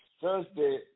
Thursday